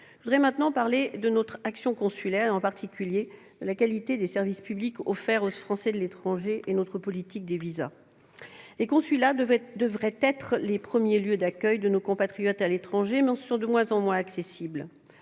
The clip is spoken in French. J'en viens maintenant à notre action consulaire, en particulier à la qualité des services publics offerts aux Français de l'étranger et à notre politique des visas. Les consulats devraient être les premiers lieux d'accueil de nos compatriotes à l'étranger, mais ils sont de moins en moins accessibles.